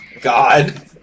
God